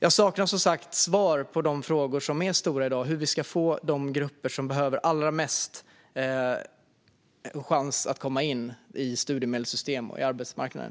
Jag saknar som sagt svar på de frågor som är stora i dag, om hur vi ska ge de grupper som behöver det allra mest en chans att komma in i studiemedelssystemet och på arbetsmarknaden.